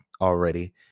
already